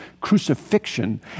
crucifixion